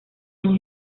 año